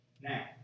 Now